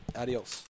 Adios